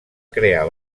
crear